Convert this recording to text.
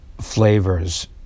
flavors